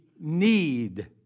need